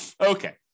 Okay